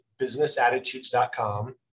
businessattitudes.com